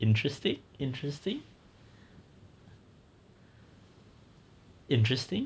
interesting interesting interesting